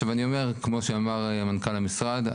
כמו שאמר מנכ"ל המשרד,